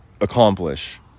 accomplish